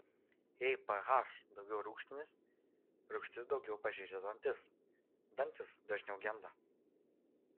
jei ph daugiau rūgštinis rūgštis daugiau pažeidžia dantis dantys dažniau genda